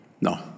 No